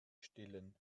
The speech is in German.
stillen